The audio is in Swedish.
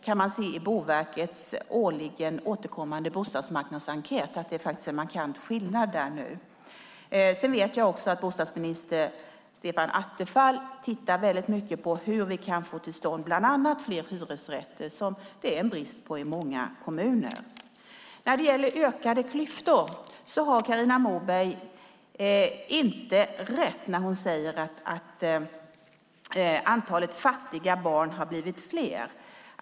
Man kan se i Boverkets årligen återkommande bostadsmarknadsenkät att det är en markant skillnad där nu. Jag vet också att bostadsminister Stefan Attefall tittar mycket på hur vi kan få till stånd bland annat fler hyresrätter, som det är brist på i många kommuner. Carina Moberg har inte rätt när hon säger att antalet fattiga barn har ökat.